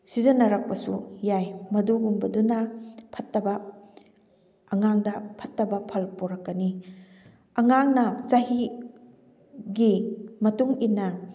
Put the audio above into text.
ꯁꯤꯖꯟꯅꯔꯛꯄꯁꯨ ꯌꯥꯏ ꯃꯗꯨꯒꯨꯝꯕꯗꯨꯅ ꯐꯠꯇꯕ ꯑꯉꯥꯡꯗ ꯐꯠꯇꯕ ꯐꯜ ꯄꯣꯔꯛꯀꯅꯤ ꯑꯉꯥꯡꯅ ꯆꯍꯤꯒꯤ ꯃꯇꯨꯡ ꯏꯟꯅ